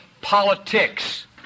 politics